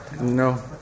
No